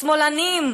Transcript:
"שמאלנים",